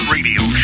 Radio